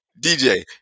DJ